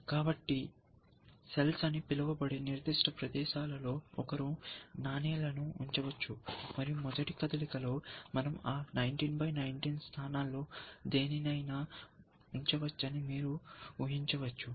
కాబట్టి సెల్స్ అని పిలువబడే నిర్దిష్ట ప్రదేశాలలో ఒకరు నాణేలను ఉంచవచ్చు మరియు మొదటి కదలికలో మనం ఆ 19 x 19 స్థానాల్లో దేనినైనా ఉంచవచ్చని మీరు ఉహించవచ్చు